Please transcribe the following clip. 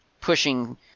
pushing